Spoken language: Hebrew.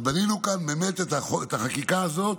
אז בנינו כאן באמת את החקיקה הזאת,